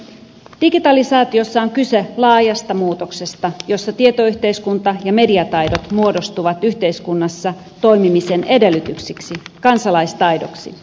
digitalisaatiossa on kyse laajasta muutoksesta jossa tietoyhteiskunta ja mediataidot muodostuvat yhteiskunnassa toimimisen edellytyksiksi kansalaistaidoksi